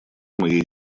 моей